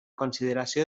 consideració